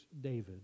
David